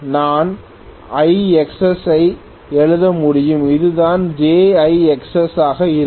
நான் IXs ஐ எழுத முடியும் இதுதான் jIXs ஆக இருக்கும்